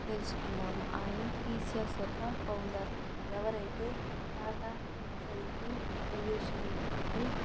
తెలుసుకుందాము ఆయన టీసిఎస్ యొక్క ఫౌండర్ ఎవరైతే టాటా కన్సల్టి సొల్యూషన్ ని